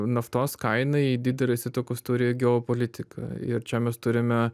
naftos kainai didelės įtakos turi geopolitika ir čia mes turime